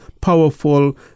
powerful